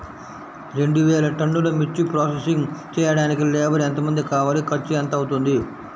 రెండు వేలు టన్నుల మిర్చి ప్రోసెసింగ్ చేయడానికి లేబర్ ఎంతమంది కావాలి, ఖర్చు ఎంత అవుతుంది?